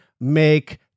make